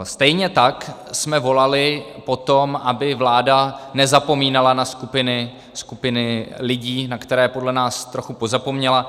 Stejně tak jsme volali po tom, aby vláda nezapomínala na skupiny lidí, na které podle nás trochu pozapomněla.